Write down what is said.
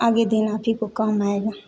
आगे दिन आप ही को काम आएगा